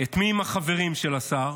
את מיהם החברים של השר,